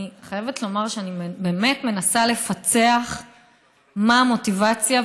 אני חייבת לומר שאני באמת מנסה לפצח מה המוטיבציה.